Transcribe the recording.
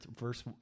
verse